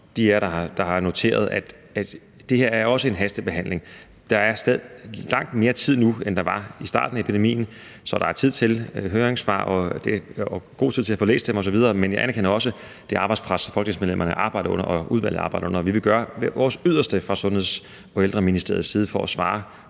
af jer, der har noteret, at det her også er en hastebehandling, vil jeg sige, at der er langt mere tid nu, end der var i starten af epidemien, så der er tid til høringssvar og god tid til at få læst dem osv., men jeg anerkender også det arbejdspres, som folketingsmedlemmerne arbejder under, og som udvalget arbejder under. Og vi vil gøre vores yderste fra Sundheds- og Ældreministeriets side for at svare